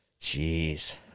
Jeez